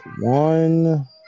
one